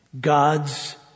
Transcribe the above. God's